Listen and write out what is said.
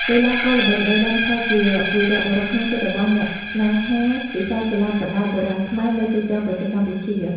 កីឡាករល្បីៗបានក្លាយជាវីរបុរសក្នុងចិត្តរបស់អ្នកស្នេហាវិស័យកីឡាប្រដាល់បុរាណខ្មែរនៅទូទាំងប្រទេសកម្ពុជា។